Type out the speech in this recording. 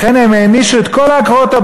לכן הם הענישו את כל עקרות-הבית,